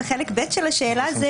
וחלק ב' של השאלה זה,